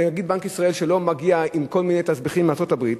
נגיד בנק ישראל שלא מגיע עם כל מיני תסביכים מארצות-הברית.